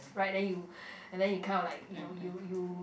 right then you and then you kind of like you know you you